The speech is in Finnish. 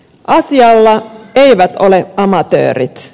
asialla eivät ole amatöörit